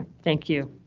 thank you,